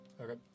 Okay